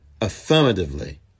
affirmatively